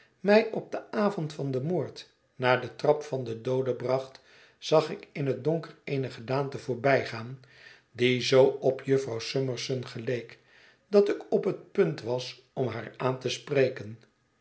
mij op den avond van den moord naar de trap van den doode bracht zag ik in het donker eene gedaante voorbijgaan die zoo op jufvrouw summerson geleek dat ik op het punt was om haar aan te spreken